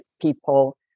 people